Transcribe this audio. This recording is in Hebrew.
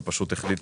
ופשוט החליט